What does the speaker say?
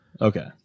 Okay